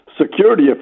security